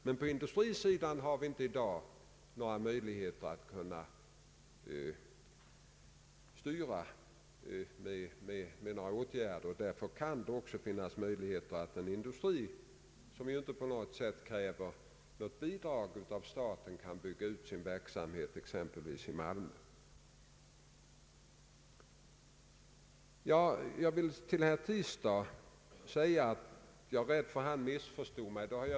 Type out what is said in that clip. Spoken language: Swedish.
Men på industrisidan har vi inte i dag möjlighet att styra med några åtgärder. Därför kan det också hända att en industri, som ju inte på något sätt kräver bidrag av staten, kan bygga ut sin verksamhet, exempelvis i Malmö. Till herr Tistad vill jag säga att jag är rädd att han missförstod mig. Jag har Ang.